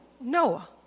Noah